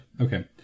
Okay